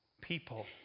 people